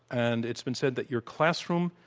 and it's been said that your classroom,